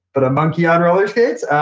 but a monkey on roller skates? ah,